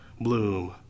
bloom